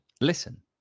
listen